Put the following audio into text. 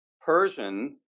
Persian